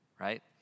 Right